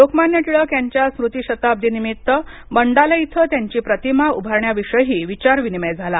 लोकमान्य टिळक यांच्या स्मृतीशताब्दी निमित्त मंडाले इथं त्यांची प्रतिमा उभारण्याविषयीही विचार विनिमय झाला